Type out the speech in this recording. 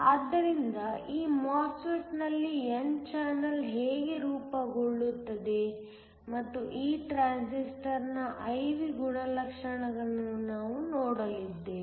ಆದ್ದರಿಂದ ಈ MOSFET ನಲ್ಲಿ n ಚಾನೆಲ್ ಹೇಗೆ ರೂಪುಗೊಳ್ಳುತ್ತದೆ ಮತ್ತು ಈ ಟ್ರಾನ್ಸಿಸ್ಟರ್ ನ I V ಗುಣಲಕ್ಷಣಗಳನ್ನು ನಾವು ನೋಡಲಿದ್ದೇವೆ